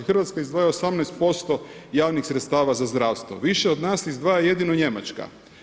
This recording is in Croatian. Hrvatska izdvaja 18% javnih sredstava za zdravstvo, više od nas izdvaja jedino Njemačka.